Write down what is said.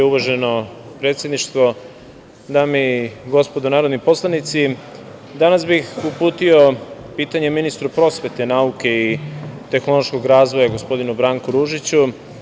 Uvaženo predsedništvo, dame i gospodo narodni poslanici, danas bih uputio pitanje ministru prosvete, nauke i tehnološkog razvoja, gospodinu Branku Ružiću.